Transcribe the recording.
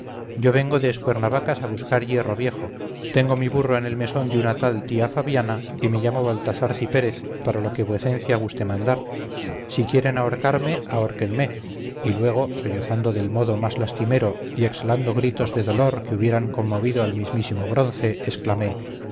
yo vengo de escuernavacas a buscar hierro viejo tengo mi burro en el mesón de una tal tía fabiana y me llamo baltasar cipérez para lo que vuecencia guste mandar si quieren ahorcarme ahórquenme y luego sollozando del modo más lastimero y exhalando gritos de dolor que hubieran conmovido al mismísimo bronce exclamé